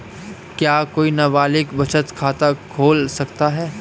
क्या कोई नाबालिग बचत खाता खोल सकता है?